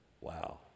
Wow